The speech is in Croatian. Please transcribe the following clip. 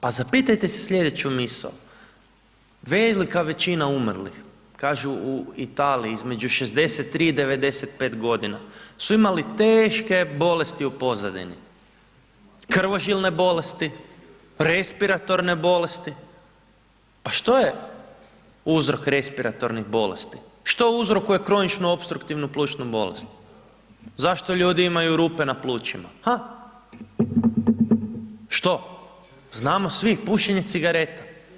Pa zapitajte se sljedeću misao, velika većina umrlih kažu u Italiji između 63 i 95 godina su imali teške bolesti u pozadini, krvožilne bolesti, respiratorne bolesti, pa što je uzrok respiratornih bolesti, što uzrokuje kroničnu opstruktivnu plućnu bolest, zašto ljudi imaju rupe na plućima, ha, što, znamo svi, pušenje cigareta.